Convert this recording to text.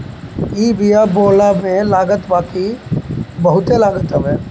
इ बिया बोअला में लागत बाकी बहुते लागत हवे